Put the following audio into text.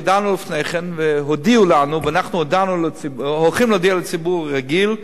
ידענו לפני כן והודיעו לנו ואנחנו הולכים להודיע לציבור כרגיל,